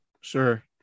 sure